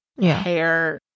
hair